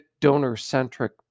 donor-centric